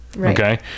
okay